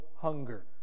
hunger